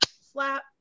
slap